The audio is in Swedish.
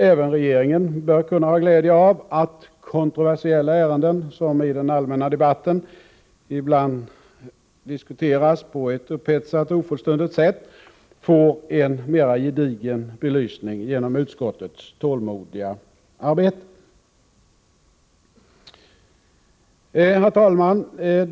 Även regeringen bör kunna ha glädje av att kontroversiella ärenden, som i den allmänna debatten ibland diskuteras på ett upphetsat och ofullständigt sätt, får en mera gedigen belysning genom utskottets tålmodiga arbete. Herr talman!